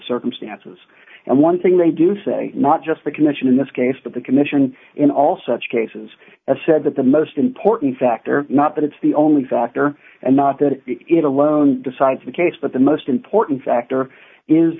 circumstances and one thing they do say not just the commission in this case but the commission in all such cases as said that the most important factor not that it's the only factor and not that it alone decides the case but the most important factor is